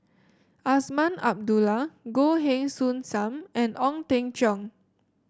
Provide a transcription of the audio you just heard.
Azman Abdullah Goh Heng Soon Sam and Ong Teng Cheong